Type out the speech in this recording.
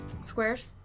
squares